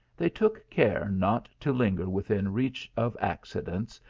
they took care not to linger within reach of accidents,